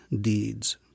deeds